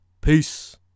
Peace